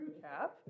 cap